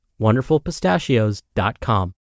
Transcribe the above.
wonderfulpistachios.com